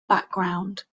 background